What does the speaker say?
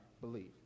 believe